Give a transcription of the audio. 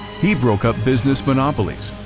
he broke up business monopolies,